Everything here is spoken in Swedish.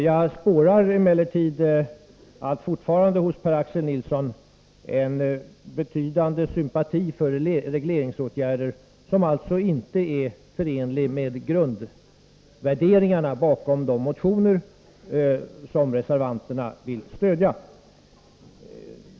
Jag spårar emellertid fortfarande hos Per-Axel Nilsson en betydande sympati för regleringsåtgärder som alltså inte är förenliga med grundvärderingarna bakom de motioner som reservanterna vill stödja.